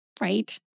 right